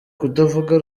kutavuga